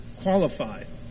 qualified